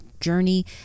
journey